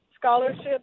scholarship